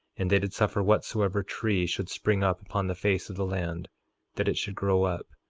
and they did suffer whatsoever tree should spring up upon the face of the land that it should grow up,